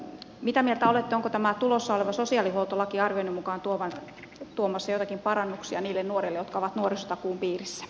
mitä mieltä olette onko tämä tulossa oleva sosiaalihuoltolaki arvioiden mukaan tuomassa joitakin parannuksia niille nuorille jotka ovat nuorisotakuun piirissä